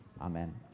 amen